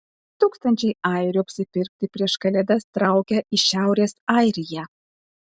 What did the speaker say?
tūkstančiai airių apsipirkti prieš kalėdas traukia į šiaurės airiją